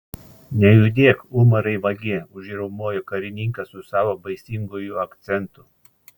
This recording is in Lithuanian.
nejudėk umarai vagie užriaumojo karininkas su savo baisinguoju akcentu